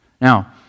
now